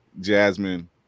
Jasmine